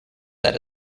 that